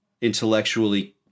intellectually